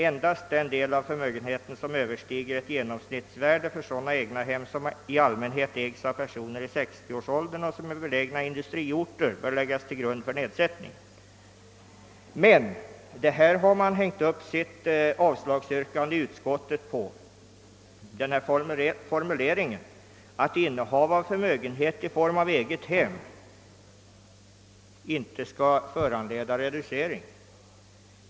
Endast den del av förmögenheten, som överstiger ett genomsnittsvärde för sådana egnahem som i allmänhet ägs av personer i 60-årsåldern och som är belägna i industriorter, bör läggas till grund för nedsättning.» På denna formulering, att innehavet av förmögenhet i form av eget hem inte skall. föranleda reducering, har man i statsutskottet hängt upp sitt avslagsyrkande.